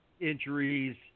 injuries